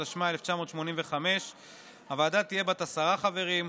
התשמ"ה 1985. הוועדה תהיה בת עשרה חברים,